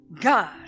God